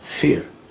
fear